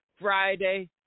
Friday